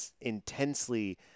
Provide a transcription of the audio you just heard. intensely